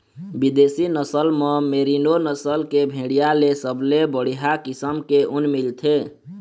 बिदेशी नसल म मेरीनो नसल के भेड़िया ले सबले बड़िहा किसम के ऊन मिलथे